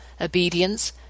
Obedience